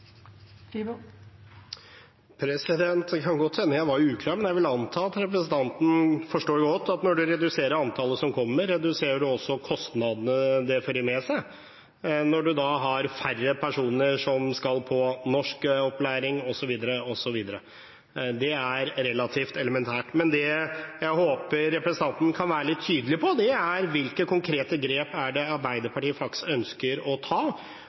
kan godt hende at jeg var uklar, men jeg vil anta at representanten godt forstår at når man reduserer antallet som kommer, reduserer man også kostnadene det fører med seg. Det blir færre personer som skal på norskopplæring osv. Det er relativt elementært. Det jeg håper representanten kan være litt tydelig på, er hvilke konkrete grep Arbeiderpartiet faktisk ønsker å ta.